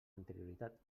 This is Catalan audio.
anterioritat